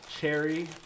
cherry